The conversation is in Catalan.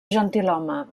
gentilhome